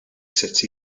sut